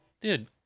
dude